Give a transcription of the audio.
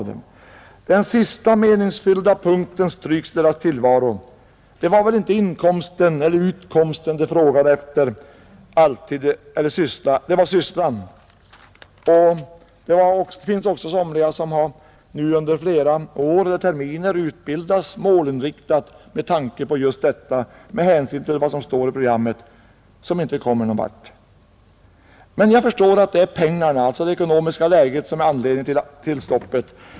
Den sista meningsfulla punkten i deras tillvaro stryks då. Det var väl inte alltid inkomsten som de i första hand frågade efter, det var sysslan. Det finns människor som under flera terminer eller år har utbildats och målinriktats med tanke på vad som står i detta program. De kommer nu inte någon vart. Jag förstår att det är det ekonomiska läget som är anledningen till stoppet.